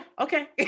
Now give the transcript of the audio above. okay